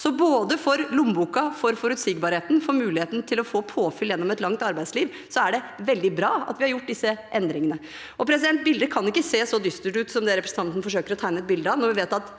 Så både for lommeboka, for forutsigbarheten og for muligheten til å få påfyll gjennom et langt arbeidsliv er det veldig bra at vi har gjort disse endringene. Bildet kan ikke se så dystert ut som det representanten forsøker å tegne, når vi vet at